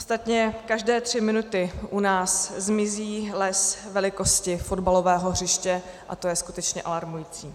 Ostatně každé tři minuty u nás zmizí les velikosti fotbalového hřiště, a to je skutečně alarmující.